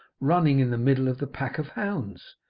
running in the middle of the pack of hounds,